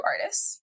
artists